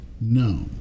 no